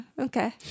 Okay